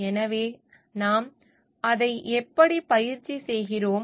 எனவே நாம் அதை எப்படிப் பயிற்சி செய்கிறோம்